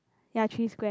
ya three square